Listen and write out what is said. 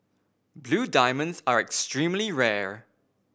blue diamonds are extremely rare